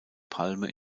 palme